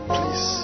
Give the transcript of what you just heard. Please